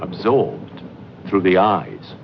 absorbed through the eyes